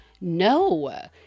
no